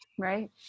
Right